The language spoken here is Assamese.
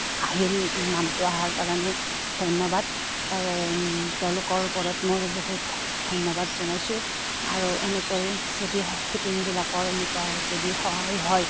আহিল নামটো অহাৰ কাৰণে ধন্যবাদ তেওঁলোকৰ ওপৰত মোৰ বহুত ধন্যবাদ জনাইছোঁ আৰু এনেকৈ যদি শিপিনীবিলাকৰ এনেকুৱা যদি সহায় হয়